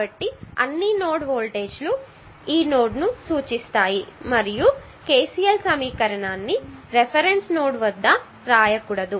కాబట్టి అన్ని నోడ్ వోల్టేజీలు ఈ నోడ్ను సూచిస్తాయి మరియు KCL సమీకరణాన్ని రిఫరెన్స్ నోడ్ వద్ద వ్రాయకూడదు